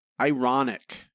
ironic